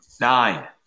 Nine